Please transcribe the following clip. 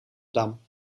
dam